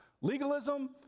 Legalism